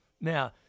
Now